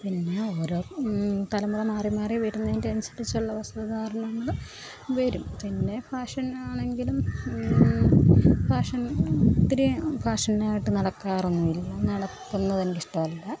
പിന്നെ ഓരോ തലമുറ മാറി മാറി വരുന്നതിൻ്റെ അനുസരിച്ചുള്ള വസ്ത്രധാരണങ്ങൾ വരും പിന്നെ ഫാഷനിലാണെങ്കിലും ഫാഷൻ ഒത്തിരി ഫാഷനായിട്ട് നടക്കാറൊന്നുമില്ല നടക്കുന്നതെനിക്കിഷ്ടമല്ല